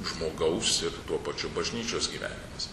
žmogaus ir tuo pačiu bažnyčios gyvenimas